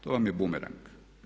To vam je bumerang.